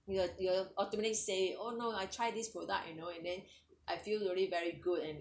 you will you will automatically say oh no I try this product you know and then I feel really very good and